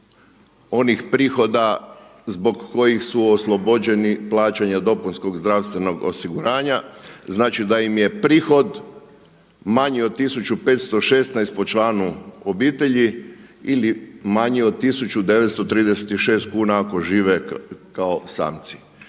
onih prihoda zbog kojih su oslobođeni plaćanja dopunskog zdravstvenog osiguranja, znači da im je prihod manji do 1.516 kuna po članu obitelji, ili manji od 1.936 kuna ako žive kao samci.